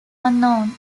unknown